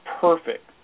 perfect